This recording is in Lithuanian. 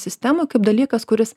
sistemą kaip dalykas kuris